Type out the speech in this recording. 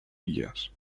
guies